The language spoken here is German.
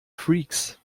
freaks